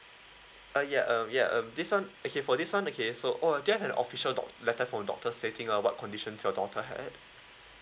uh ya um ya um this one okay for this one okay so on just an official doc~ letter from doctor say thing what conditions your daughter had